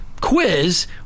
quiz